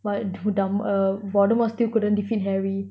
but who~ dum~ uh voldemort still couldn't defeat harry